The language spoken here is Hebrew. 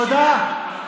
תודה רבה, גברתי.